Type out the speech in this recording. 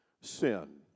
sin